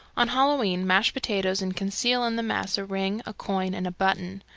on halloween mash potatoes and conceal in the mass a ring, a coin, and a button.